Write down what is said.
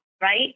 right